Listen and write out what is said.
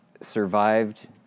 survived